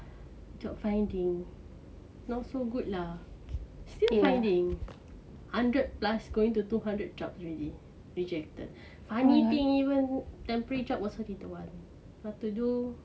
job finding not so good lah still finding hundred plus going to two hundred jobs already rejected funny thing even temporary job also they don't want what to do